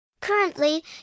Currently